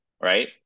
Right